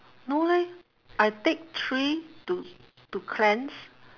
no leh I take three to to cleanse